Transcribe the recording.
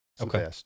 Okay